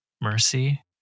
mercy